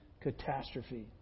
catastrophe